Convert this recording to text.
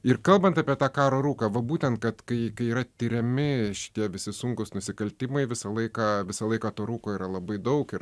ir kalbant apie tą karo rūką va būtent kad kai yra tiriami šitie visi sunkūs nusikaltimai visą laiką visą laiką to rūko yra labai daug ir